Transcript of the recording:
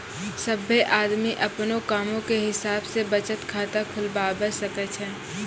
सभ्भे आदमी अपनो कामो के हिसाब से बचत खाता खुलबाबै सकै छै